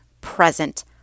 present